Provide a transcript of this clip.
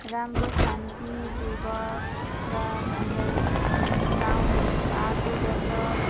राम्रो शान्तिपूर्वक र हामलो गाउँ बाटो डेभलप